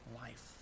life